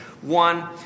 One